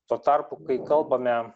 tuo tarpu kai kalbame